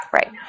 Right